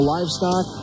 Livestock